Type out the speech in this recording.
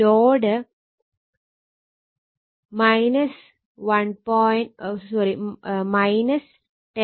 load 1 0